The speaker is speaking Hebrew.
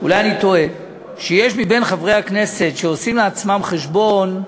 אולי אני טועה, שיש חברי כנסת שעושים לעצמם חשבון,